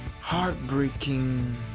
heartbreaking